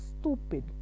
stupid